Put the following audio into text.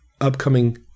upcoming